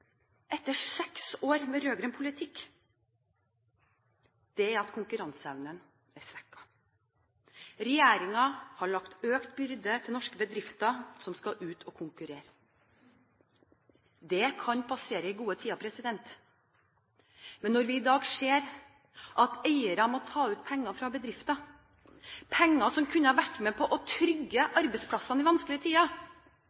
etter seks år med rød-grønn politikk, er at konkurranseevnen er svekket. Regjeringen har lagt økt byrde til norske bedrifter som skal ut og konkurrere. Det kan passere i gode tider. Men når vi i dag ser at eiere må ta ut penger fra bedriften, penger som kunne ha vært med på å trygge